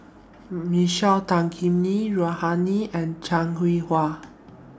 Michael Tan Kim Nei Rohani Din and Heng Cheng Hwa